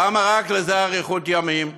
למה רק לזה אריכות ימים?